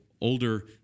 older